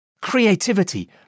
creativity